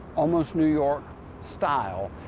almost new york style.